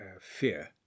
fear